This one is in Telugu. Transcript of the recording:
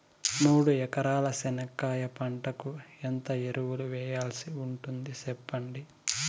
మూడు ఎకరాల చెనక్కాయ పంటకు ఎంత ఎరువులు వేయాల్సి ఉంటుంది సెప్పండి?